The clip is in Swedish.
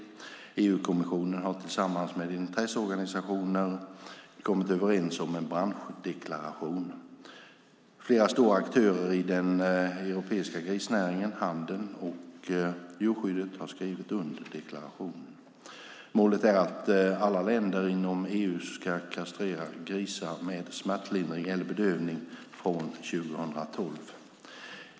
EU-kommissionen har tillsammans med intresseorganisationer kommit överens om en branschdeklaration. Flera stora aktörer i den europeiska grisnäringen, handeln och djurskyddet har skrivit under deklarationen. Målet är att alla länder inom EU ska kastrera grisar med smärtlindring eller bedövning från 2012.